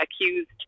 accused